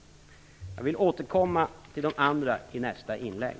Jag återkommer till de andra frågorna i nästa inlägg.